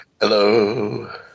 Hello